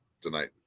tonight